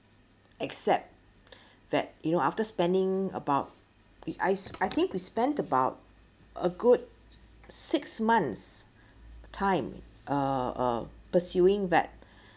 except that you know after spending about I I think we spent about a good six months time uh pursuing back